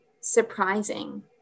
surprising